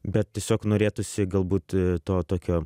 bet tiesiog norėtųsi galbūt to tokio